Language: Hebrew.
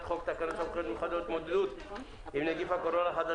תקנות סמכויות מיוחדות להתמודדות עם נגיף הקורונה החדש